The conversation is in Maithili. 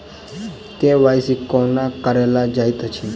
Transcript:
के.वाई.सी कोना कराओल जाइत अछि?